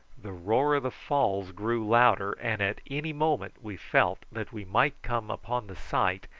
the roar of the falls grew louder, and at any moment we felt that we might come upon the sight,